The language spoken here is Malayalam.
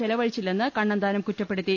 ചെല വഴിച്ചില്ലെന്ന് കണ്ണന്താനം കുറ്റപ്പെടുത്തി